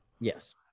yes